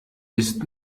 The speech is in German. ist